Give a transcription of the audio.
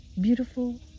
beautiful